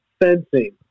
fencing